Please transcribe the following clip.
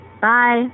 Bye